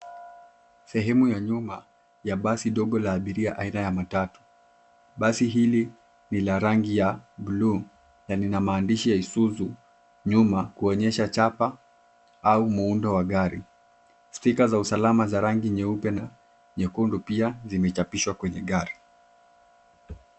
Sehemu ya nyuma ya basi dogo ya abiria aina ya matatu. Basi hili lina rangi ya bluu na maandishi ya Isuzu nyuma kuonyesha chapa au muundo wa gari. Stika za usalama za rangi nyeupe na nyekundu pia zimechapishwa kwenye gari.